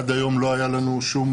עד היום לא הייתה לנו שום